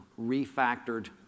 refactored